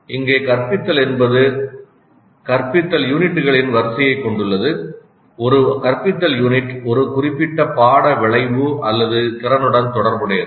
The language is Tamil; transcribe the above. இங்கே கற்பித்தல் என்பது கற்பித்தல் யூனிட்டுகளின் வரிசையைக் கொண்டுள்ளது ஒரு கற்பித்தல் யூனிட் ஒரு குறிப்பிட்ட பாட விளைவு அல்லது திறனுடன் தொடர்புடையது